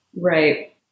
Right